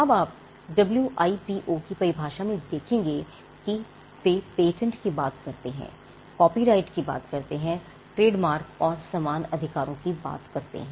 अब आप W I P O की परिभाषा में देखेंगे कि वे पेटेंट की बात करते हैं कॉपीराइट की बात करते हैं ट्रेडमार्क और समान अधिकारों की बात करते हैं